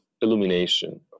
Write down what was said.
illumination